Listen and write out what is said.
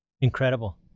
Incredible